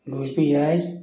ꯂꯣꯏꯕ ꯌꯥꯏ